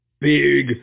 big